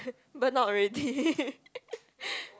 but not ready